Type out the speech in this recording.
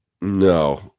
No